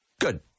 Good